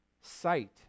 sight